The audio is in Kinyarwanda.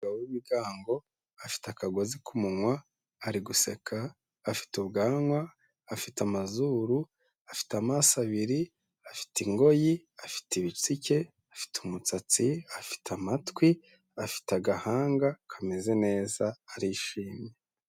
Umugabo w'ibigango afite akagozi k'umunwa, ari guseka, afite ubwanwa, afite amazuru, afite amaso abiri, afite ingoyi, afite ibitsike, afite umusatsi, afite amatwi, afite agahanga kameze neza, arishimye.